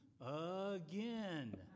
again